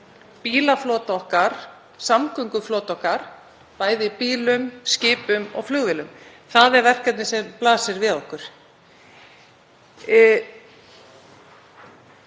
þurfum að breyta samgönguflota okkar, bæði bílum, skipum og flugvélum. Það er verkefnið sem blasir við okkur.